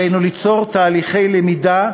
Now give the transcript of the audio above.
עלינו ליצור תהליכי למידה,